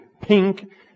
pink